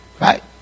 Right